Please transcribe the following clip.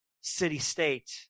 city-state